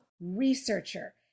researcher